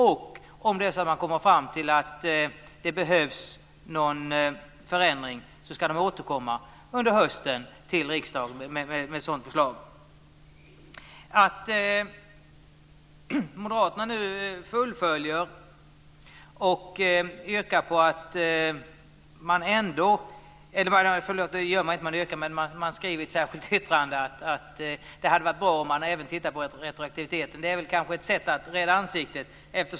Om man kommer fram till att det behövs någon förändring ska regeringen till hösten återkomma till riksdagen med ett sådant förslag. Att moderaterna nu skriver ett särskilt yttrande om att se över retroaktiviteten är väl ett sätt att rädda ansiktet.